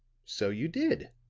so you did,